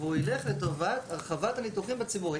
והוא ילך לטובת הרחבת הניתוחים הציבוריים.